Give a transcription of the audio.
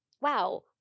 Wow